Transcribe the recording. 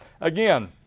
again